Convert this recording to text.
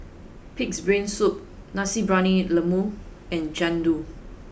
Pig'S Brain Soup Nasi Briyani Lembu and Jian Dui